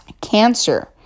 Cancer